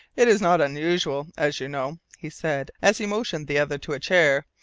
it is not unusual, as you know, he said, as he motioned the other to a chair,